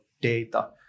data